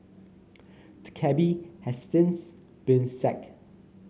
the cabby has since been sacked